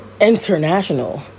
international